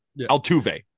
Altuve